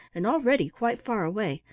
and already quite far away,